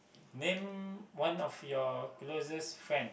name one of your closest friend